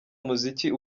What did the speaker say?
umuziki